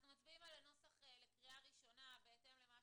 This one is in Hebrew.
אנחנו מצביעים על הנוסח לקריאה ראשונה, בהתאם למה